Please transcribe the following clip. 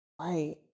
Right